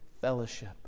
fellowship